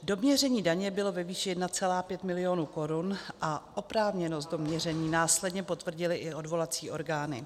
Doměření daně bylo ve výši 1,5 milionu korun a oprávněnost doměření následně potvrdily i odvolací orgány.